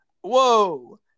Whoa